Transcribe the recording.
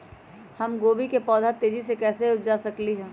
हम गोभी के पौधा तेजी से कैसे उपजा सकली ह?